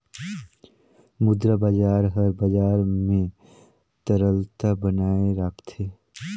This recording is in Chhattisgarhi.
मुद्रा बजार हर बजार में तरलता बनाए राखथे